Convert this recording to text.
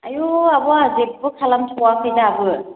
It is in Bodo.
आयौ आब' आंहा जेबो खालामथ'वाखै दाबो